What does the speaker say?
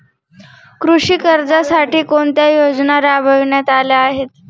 कृषी कर्जासाठी कोणत्या योजना राबविण्यात आल्या आहेत?